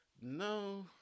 no